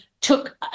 took